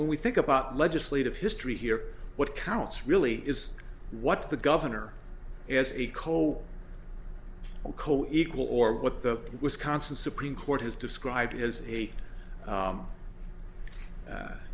we think about legislative history here what counts really is what the governor has a cold a co equal or what the wisconsin supreme court has described as a